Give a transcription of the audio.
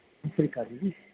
ਸਤਿ ਸ਼੍ਰੀ ਆਕਾਲ ਜੀ